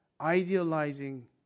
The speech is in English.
idealizing